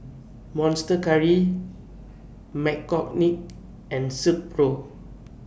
Monster Curry McCormick and Silkpro